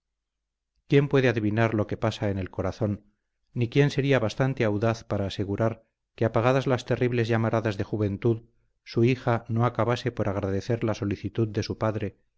quién puede adivinar lo que pasa en el corazón ni quien sería bastante audaz para asegurar que apagadas las terribles llamaradas de juventud su hija no acabase por agradecer la solicitud de su padre